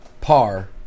par